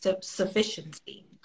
sufficiency